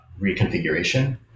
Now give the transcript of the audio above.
reconfiguration